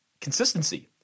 Consistency